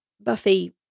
buffy